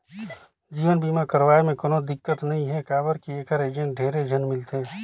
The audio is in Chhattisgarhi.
जीवन बीमा करवाये मे कोनो दिक्कत नइ हे काबर की ऐखर एजेंट ढेरे झन मिलथे